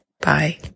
Bye